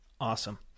Awesome